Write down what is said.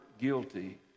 guilty